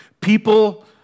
People